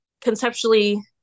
conceptually